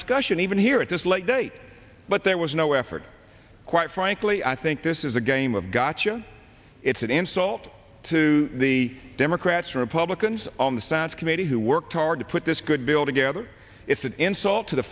discussion even here at this late date but there was no effort quite frankly i think this is a game of gotcha it's an insult to the democrats republicans on the senate committee who worked hard to put this good bill together it's an insult to the